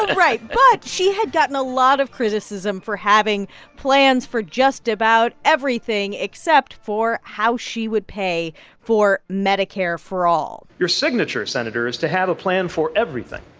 right. but she had gotten a lot of criticism for having plans for just about everything except for how she would pay for medicare for all. your signature, senator, is to have a plan for everything,